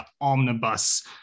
omnibus